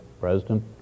President